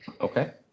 Okay